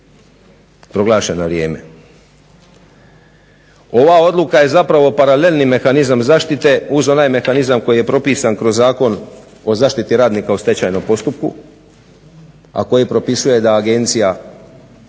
proglašen na vrijeme.